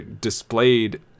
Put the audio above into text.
displayed